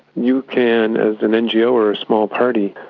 you can, as an ngo or a small party,